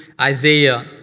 Isaiah